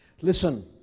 Listen